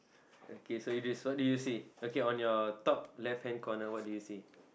okay so this what do you say okay on your top left hand corner what do you say